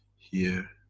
here,